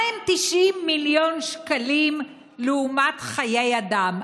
מהם 90 מיליון שקלים לעומת חיי אדם?